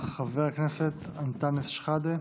חבר הכנסת אנטאנס שחאדה,